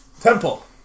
Temple